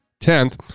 tenth